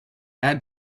add